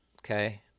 Okay